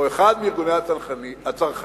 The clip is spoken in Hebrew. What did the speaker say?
או אחד מארגוני הצרכנים,